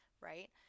Right